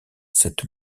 cette